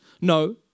no